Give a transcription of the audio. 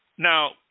Now